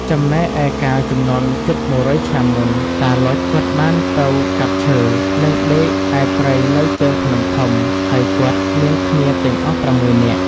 ចំំណែកឯកាលជំនាន់ជិត១០០ឆ្នាំមុន តាឡុចគាត់បានទៅកាប់ឈើ និងដេកឯព្រៃនៅជើងភ្នំធំ ហើយគាត់មានគ្នាទាំងអស់៦នាក់ ។